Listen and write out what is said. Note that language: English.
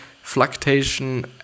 fluctuation